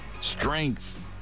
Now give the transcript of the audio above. Strength